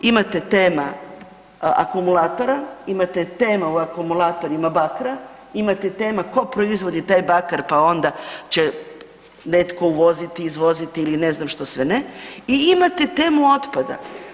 Imate tama akumulatora, ima tema o akumulatorima bakra, imate tema tko proizvodi taj bakar pa onda će netko uvoziti, izvoziti ili ne znam što sve ne i imate temu otpada.